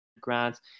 grants